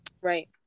right